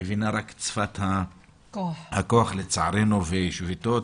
מבינה רק את שפת הכוח, לצערנו, שביתות.